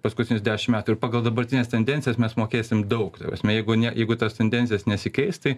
paskutinius dešimt metų ir pagal dabartines tendencijas mes mokėsim daug ta prasme jeigu ne jeigu tos tendencijos nesikeis tai